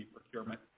procurement